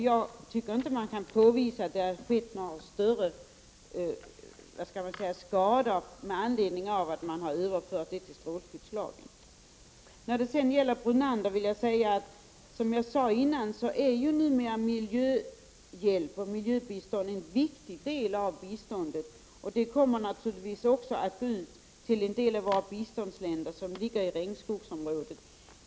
Jag tycker inte att man kan påvisa att det har inträffat några större skador med anledning av överföringen till strålskyddslagen. Som jag sade tidigare, Lennart Brunander, är numera miljöhjälp och miljöbistånd en viktig del av biståndet. Det kommer naturligtvis också att gå ut till en del av våra biståndsländer som ligger i regnskogsområdet.